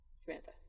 Samantha